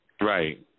Right